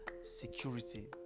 security